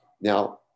Now